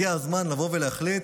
הגיע הזמן לבוא ולהחליט